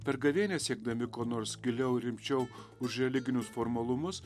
per gavėnią siekdami ko nors giliau ir rimčiau už religinius formalumus